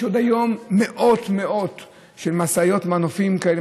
יש עוד היום מאות מאות של משאיות מנופים כאלה,